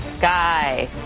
Guy